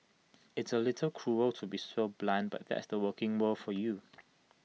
i's A little cruel to be so blunt but that's the working world for you